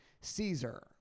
Caesar